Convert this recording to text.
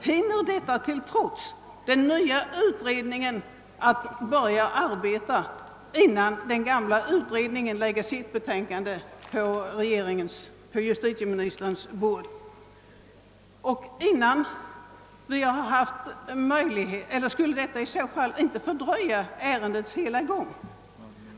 hinner trots detta inte den nya utredningen börja arbeta, innan den nu sittande utredningen framlägger sitt betänkande på justitieministerns bord. Skulle inte i så fall beställningen av en ny utredning fördröja hela gången av ärendet?